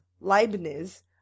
Leibniz